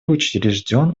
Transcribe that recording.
учрежден